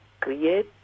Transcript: create